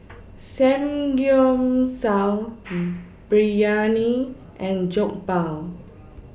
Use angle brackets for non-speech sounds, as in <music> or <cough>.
<noise> Samgyeopsal <noise> Biryani and Jokbal